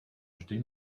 vždy